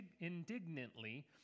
indignantly